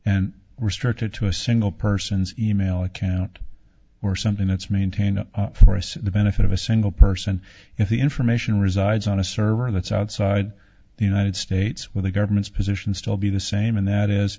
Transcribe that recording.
and restricted to a single person's e mail account or something that's maintained for us the benefit of a single person if the information resides on a server that's outside the united states where the government's position still be the same and that is